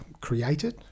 created